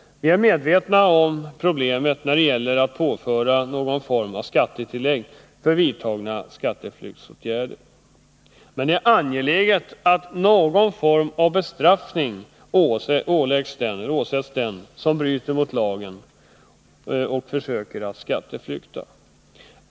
Vi är medvetna om problemet när det gäller att påföra någon form av skattetillägg för vidtagna skatteflyktsåtgärder. Men det är angeläget att någon form av bestraffning åsätts den som bryter mot lagen och försöker att skatteflykta.